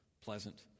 pleasant